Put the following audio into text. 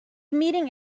meeting